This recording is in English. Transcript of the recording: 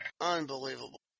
Unbelievable